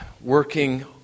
working